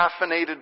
caffeinated